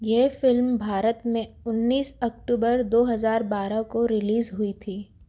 यह फिल्म भारत में उन्नीस अक्टूबर दो हज़ार बारह को रिलीज हुई थी